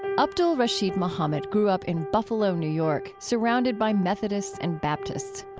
abdul-rasheed muhammad grew up in buffalo, new york, surrounded by methodists and baptists.